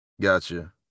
Gotcha